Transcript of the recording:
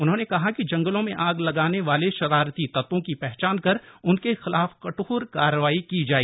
उन्होंने कहा कि जंगलों में आग लगाने वाले शरारती तत्वों की पहचान कर उनके खिलाफ कठोर कार्रवाई की जाए